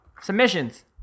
Submissions